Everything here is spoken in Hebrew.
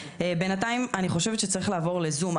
בינתיים אני חושבת שצריך לעבור לזום.